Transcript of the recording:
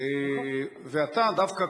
אתה דווקא,